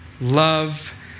love